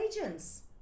agents